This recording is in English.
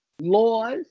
laws